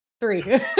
three